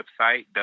website